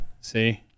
See